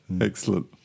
Excellent